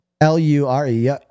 L-U-R-E